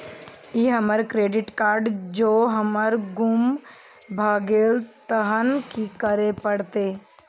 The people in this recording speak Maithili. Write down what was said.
ई हमर क्रेडिट कार्ड जौं हमर गुम भ गेल तहन की करे परतै?